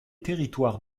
territoires